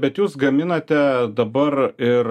bet jūs gaminate dabar ir